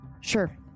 Sure